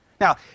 Now